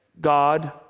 God